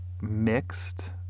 mixed